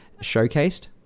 showcased